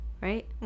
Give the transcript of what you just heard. right